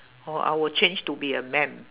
orh I will change to be a man